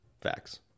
facts